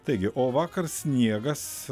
taigi o vakar sniegas